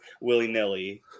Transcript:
willy-nilly